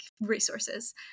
resources